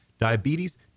Diabetes